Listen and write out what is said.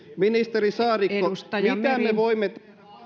ministeri saarikko mitä me voimme